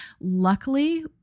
Luckily